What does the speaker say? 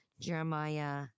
Jeremiah